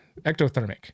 Ectothermic